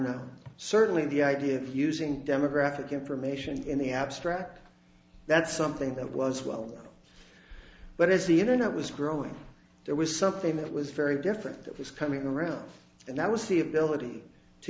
not certainly the idea of using demographic information in the abstract that's something that was well but as the internet was growing there was something that was very different that was coming around and that was the ability to